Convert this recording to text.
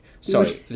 sorry